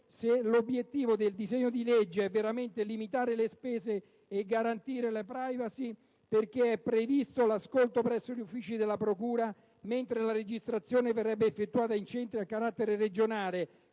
«Se l'obiettivo del disegno di legge è veramente limitare le spese e garantire la *privacy*, perché è previsto l'ascolto presso gli uffici della procura, mentre la registrazione verrebbe invece effettuata in centri a carattere regionale,